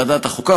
ועדת החוקה,